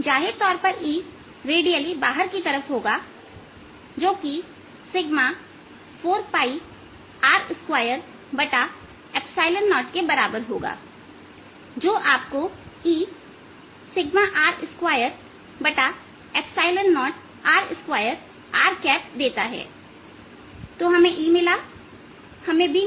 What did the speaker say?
जाहिर तौर पर E रेडियली बाहर की तरफ होगा जो कि 4 R20के बराबर होगा जो आपको ER20r2r देता हैतो हमें E मिला हमें B मिला